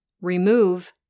Remove